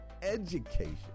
education